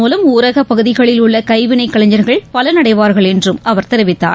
மூலம் ஊரகூப் பகுதிகளில் உள்ளகைவினைக் கலைஞர்கள் பலனடைவார்கள் என்றும் அவர்க இதன் தெரிவித்தார்